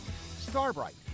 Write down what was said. Starbright